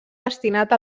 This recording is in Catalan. destinat